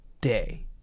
day